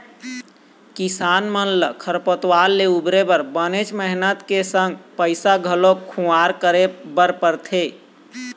किसान मन ल खरपतवार ले उबरे बर बनेच मेहनत के संग पइसा घलोक खुवार करे बर परथे